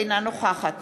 אינה נוכחת